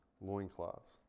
loincloths